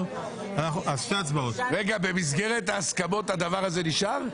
אדוני היושב ראש, במסגרת ההסכמות הדבר הזה נשאר?